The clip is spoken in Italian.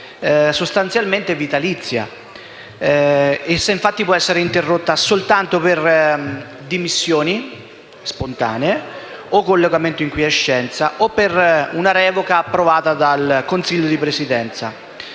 sostanzialmente vitalizia. Essa infatti può essere interrotta soltanto per dimissioni spontanee, per collocamento in quiescenza o per una revoca approvata dal Consiglio di Presidenza.